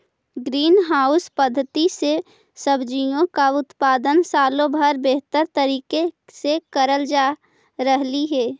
green house पद्धति से सब्जियों का उत्पादन सालों भर बेहतर तरीके से करल जा रहलई हे